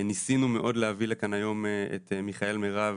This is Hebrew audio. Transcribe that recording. ניסינו מאוד להביא לכאן היום את מיכאל מרב,